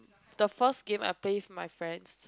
the first game I play with my friends